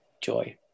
joy